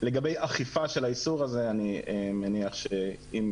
לגבי אכיפה של האיסור הזה אני מניח שאם